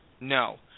No